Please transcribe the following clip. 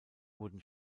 wurden